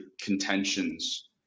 contentions